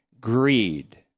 greed